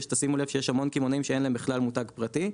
תשימו לב שיש המון קמעונאים שאין להם בכלל מותג פרטי.